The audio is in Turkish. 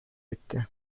etti